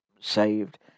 saved